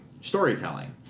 storytelling